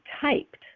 typed